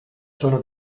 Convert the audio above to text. suono